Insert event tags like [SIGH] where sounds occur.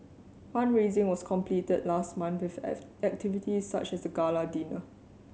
fund raising was completed last month with [UNINTELLIGIBLE] activities such as a gala dinner